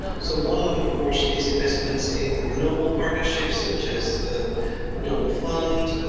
so, one of them of course is investments in global partnerships, such as the global fund,